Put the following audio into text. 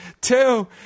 two